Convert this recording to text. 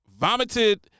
vomited